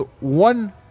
one